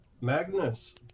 Magnus